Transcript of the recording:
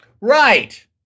Right